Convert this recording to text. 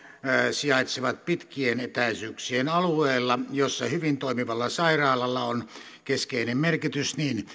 sijaitsevat pitkien etäisyyksien alueella missä hyvin toimivalla sairaalalla on keskeinen merkitys niin